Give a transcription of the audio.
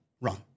run